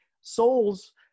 souls